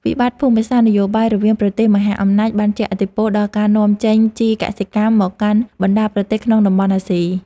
វិបត្តិភូមិសាស្ត្រនយោបាយរវាងប្រទេសមហាអំណាចបានជះឥទ្ធិពលដល់ការនាំចេញជីកសិកម្មមកកាន់បណ្តាប្រទេសក្នុងតំបន់អាស៊ី។